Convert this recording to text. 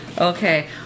Okay